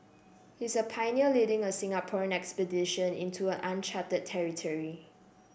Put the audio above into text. he's a pioneer leading a Singaporean expedition into uncharted territory